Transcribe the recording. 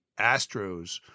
Astros